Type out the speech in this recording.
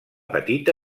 petita